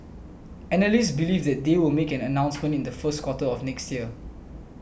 analysts believe that they will make an announcement in the first quarter of next year